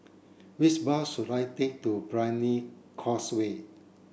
which bus should I take to Brani Causeway